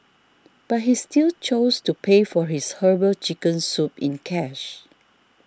but he still chose to pay for his Herbal Chicken Soup in cash